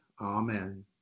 Amen